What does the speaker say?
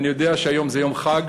אני יודע שהיום זה יום חג,